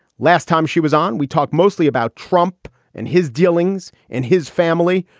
last time she was on, we talk mostly about trump and his dealings in his family.